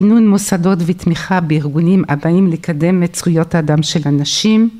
‫מוסדות ותמיכה בארגונים ‫הבאים לקדם את זכויות האדם של הנשים.